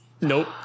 Nope